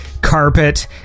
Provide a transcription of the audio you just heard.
carpet